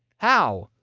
how?